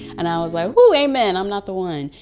and i was like, ooh, amen, i'm not the one.